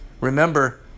remember